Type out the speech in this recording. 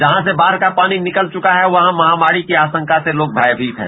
जहां से बाढ़ का पानी निकल चुका रै वहां महामारी की आरोका से लोग मकमीत है